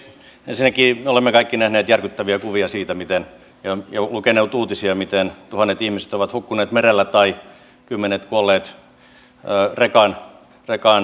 ensinnäkin olemme kaikki nähneet järkyttäviä kuvia ja lukeneet järkyttäviä uutisia siitä miten tuhannet ihmiset ovat hukkuneet merellä tai kymmenet kuolleet rekan kuormatilaan